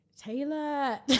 Taylor